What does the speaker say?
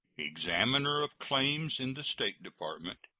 examiner of claims in the state department,